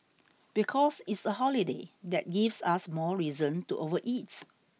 because it's a holiday that gives us more reason to overeat